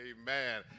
Amen